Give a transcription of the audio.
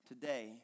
Today